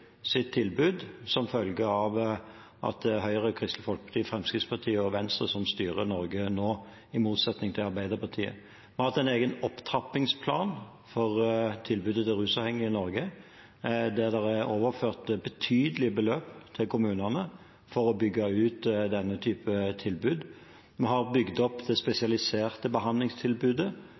som følge av at det er Høyre, Kristelig Folkeparti, Venstre og Fremskrittspartiet som styrer Norge nå, i motsetning til Arbeiderpartiet. Vi har hatt en egen opptrappingsplan for tilbudet til rusavhengige i Norge der det er overført betydelige beløp til kommunene for å bygge ut denne typen tilbud. Vi har bygd opp det spesialiserte behandlingstilbudet,